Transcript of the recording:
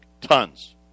tons